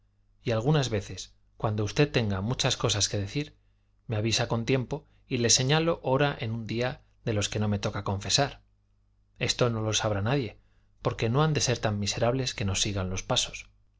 y algunas veces cuando usted tenga muchas cosas que decir me avisa con tiempo y le señalo hora en un día de los que no me toca confesar esto no lo sabrá nadie porque no han de ser tan miserables que nos sigan los pasos